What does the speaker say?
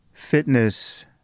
fitness